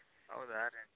ಹೌದಾ